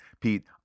Pete